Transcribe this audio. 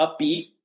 upbeat